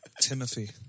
Timothy